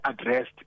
addressed